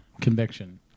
Conviction